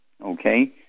Okay